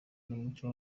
n’umuco